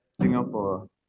Singapore